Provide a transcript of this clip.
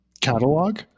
catalog